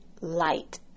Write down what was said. light